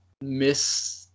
miss